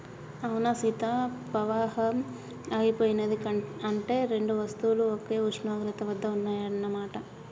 అవునా సీత పవాహం ఆగిపోయినది అంటే రెండు వస్తువులు ఒకే ఉష్ణోగ్రత వద్ద ఉన్నాయన్న మాట